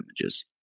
images